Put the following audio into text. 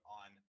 on